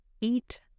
Eat